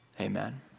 amen